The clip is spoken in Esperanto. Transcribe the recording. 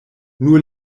nur